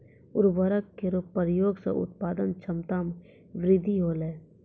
उर्वरक केरो प्रयोग सें उत्पादन क्षमता मे वृद्धि होलय